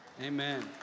Amen